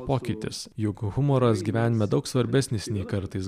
pokytis juk humoras gyvenime daug svarbesnis nei kartais